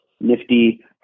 nifty